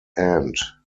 end